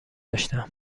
داشتم